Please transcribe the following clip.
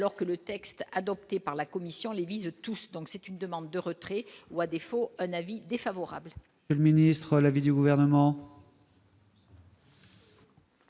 alors que le texte adopté par la commission les visent tous, donc c'est une demande de retrait ou à défaut un avis défavorable.